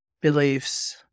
beliefs